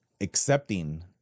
accepting